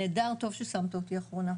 נהדר, טוב ששמת אותי אחרונה.